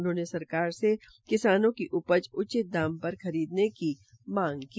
उन्होंने सरकार से किसानी की उपज उचित दाम पर खरीदने की मांग की